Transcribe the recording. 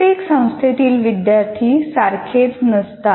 प्रत्येक संस्थेतील विद्यार्थी सारखेच नसतात